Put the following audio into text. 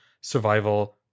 survival